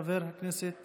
חברת הכנסת